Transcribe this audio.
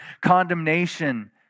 condemnation